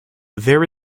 there